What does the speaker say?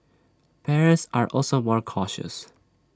parents are also more cautious